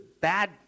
bad